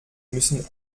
müssen